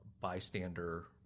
bystander